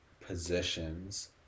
positions